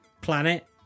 planet